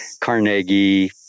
Carnegie